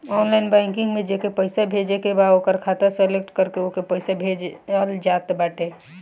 online banking में जेके पईसा भेजे के बा ओकर खाता सलेक्ट करके ओके पईसा भेजल जात बाटे